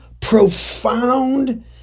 profound